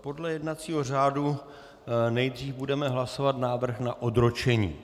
Podle jednacího řádu nejdřív budeme hlasovat návrh na odročení.